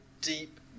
deep